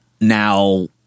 now